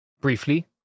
Briefly